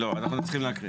לא, אנחנו צריכים להקריא.